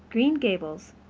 green gables,